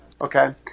okay